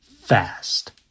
fast